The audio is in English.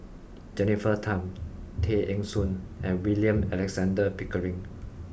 Jennifer Tham Tay Eng Soon and William Alexander Pickering